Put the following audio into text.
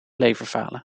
leverfalen